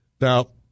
Now